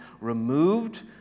removed